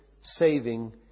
saving